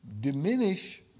diminish